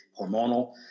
hormonal